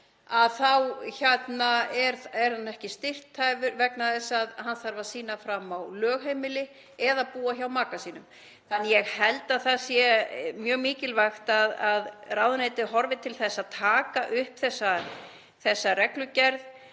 þá sé hann ekki styrkhæfur vegna þess að hann þarf að sýna fram á lögheimili eða búa hjá maka sínum. Ég held að það sé mjög mikilvægt að ráðuneytið horfi til þess að taka upp þessa reglugerð